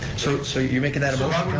so, so you're making that a but